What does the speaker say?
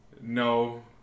No